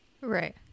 Right